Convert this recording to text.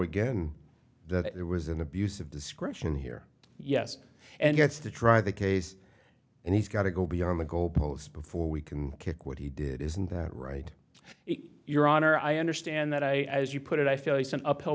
again that it was an abuse of discretion here yes and gets to try the case and he's got to go beyond the goalpost before we can kick what he did isn't that right your honor i understand that i as you put it i feel it's an uphill